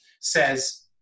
says